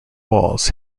walls